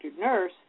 nurse